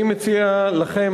אני מציע לכם,